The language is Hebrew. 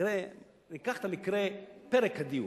תראה, ניקח את פרק הדיור.